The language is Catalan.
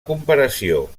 comparació